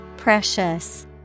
Precious